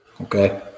okay